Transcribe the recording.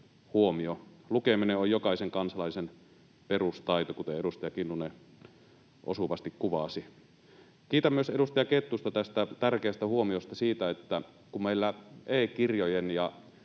Lukeminen on jokaisen kansalaisen perustaito, kuten edustaja Kinnunen osuvasti kuvasi. Kiitän myös edustaja Kettusta tärkeästä huomiosta siitä, että kun meillä e-kirjojen ja